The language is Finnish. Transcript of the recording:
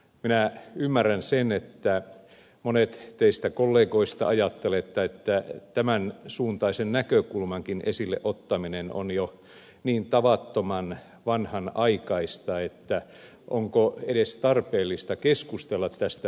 minä ymmärrän sen että monet teistä kollegoista ajattelette että tämän suuntaisen näkökulmankin esille ottaminen on jo niin tavattoman vanhanaikaista että onko edes tarpeellista keskustella tästä näkökulmasta